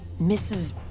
Mrs